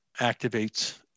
activates